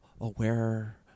aware